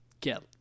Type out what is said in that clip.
get